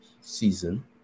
season